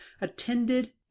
attended